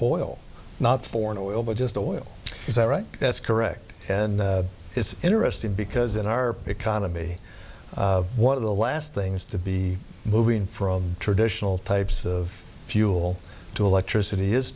oil not foreign oil but just oil is that right that's correct and it's interesting because in our economy one of the last things to be moving from traditional types of fuel to electricity is